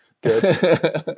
good